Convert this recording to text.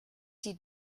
die